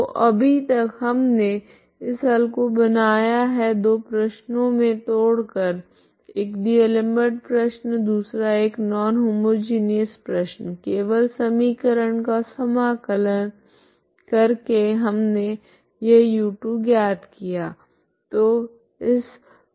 तो अभी तक हमने इस हल को बनाया है दो प्रश्नों मे तोड़ कर एक डी'एलमबर्ट प्रश्न दूसरा एक नॉन होमोजिनिऔस प्रश्न केवल समीकरण का समाकलन कर के हमने यह u2 ज्ञात किया